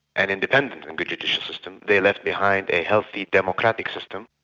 an independent and judicial system, they left behind a healthy democratic system,